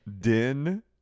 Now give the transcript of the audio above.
din